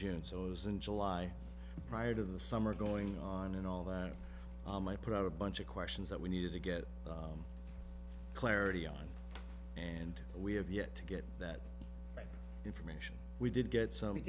june so it was in july prior to the summer going on and although my proud a bunch of questions that we needed to get clarity on and we have yet to get that information we did get some